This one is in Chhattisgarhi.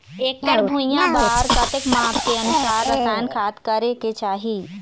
एकड़ भुइयां बार कतेक माप के अनुसार रसायन खाद करें के चाही?